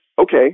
okay